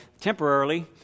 temporarily